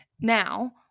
Now